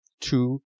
two